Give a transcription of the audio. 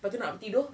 lepas tu nak tidur